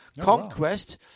Conquest